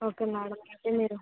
okay madam అయితే మీరు